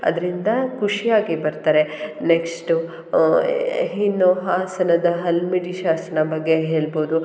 ಅದರಿಂದ ಖುಷಿಯಾಗಿ ಬರ್ತಾರೆ ನೆಕ್ಷ್ಟು ಇನ್ನು ಹಾಸನದ ಹಲ್ಮಿಡಿ ಶಾಸನ ಬಗ್ಗೆ ಹೇಳ್ಬೋದು